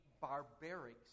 barbaric